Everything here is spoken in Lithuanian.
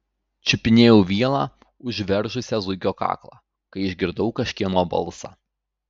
čiupinėjau vielą užveržusią zuikio kaklą kai išgirdau kažkieno balsą